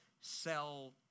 sell